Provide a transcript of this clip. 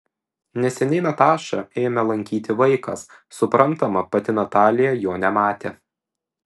neseniai natašą ėmė lankyti vaikas suprantama pati natalija jo nematė